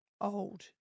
old